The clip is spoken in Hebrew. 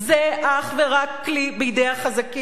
זה אך ורק כלי בידי החזקים,